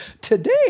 today